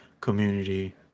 community